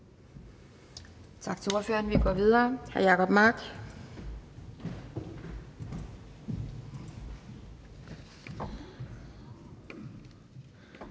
Tak til ordføreren. Vi går videre. Hr. Jacob Mark.